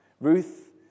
Ruth